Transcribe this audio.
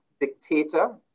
dictator